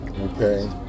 Okay